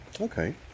okay